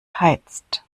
heizt